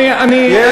ולכן, לא.